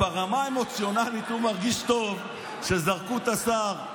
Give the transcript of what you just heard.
ברמה האמוציונלית הוא מרגיש טוב שזרקו את השר,